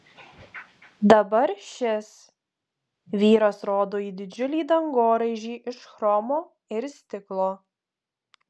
dabar šis vyras rodo į didžiulį dangoraižį iš chromo ir stiklo